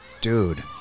Dude